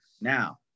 Now